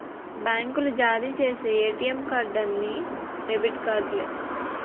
బ్యాంకులు జారీ చేసి ఏటీఎం కార్డు అన్ని డెబిట్ కార్డులే